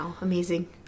Amazing